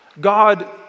God